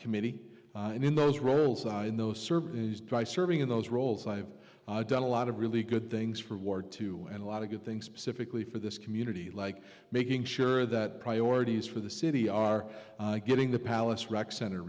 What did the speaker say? committee and in those roles in those services dry serving in those roles i've done a lot of really good things for ward two and a lot of good things specifically for this community like making sure that priorities for the city are getting the palace rec center